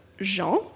Jean